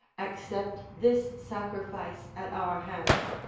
accept this sacrifice at our hands,